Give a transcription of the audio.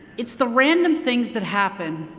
it's the random things that happen,